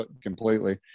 completely